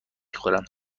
خورم